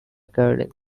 caroline